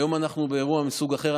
היום אנחנו באירוע מסוג אחר,